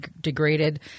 degraded